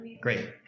great